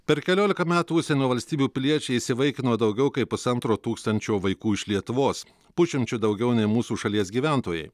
per keliolika metų užsienio valstybių piliečiai įsivaikino daugiau kaip pusantro tūkstančio vaikų iš lietuvos pusšimčiu daugiau nei mūsų šalies gyventojai